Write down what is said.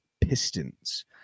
Pistons